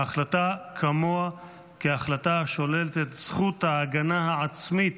ההחלטה כמוה כהחלטה השוללת את זכות ההגנה העצמית,